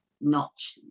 notch